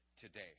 today